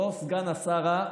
לא סגן השרה,